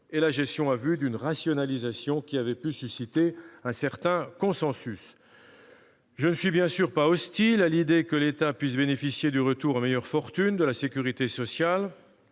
et la gestion à vue par rapport à la rationalisation, qui avait pu susciter un certain consensus. Je ne suis bien entendu pas hostile à l'idée que l'État puisse bénéficier du retour à meilleure fortune de la sécurité sociale